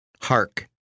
Hark